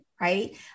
Right